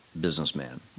businessman